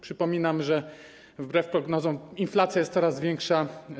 Przypominam, że wbrew prognozom inflacja jest coraz wyższa.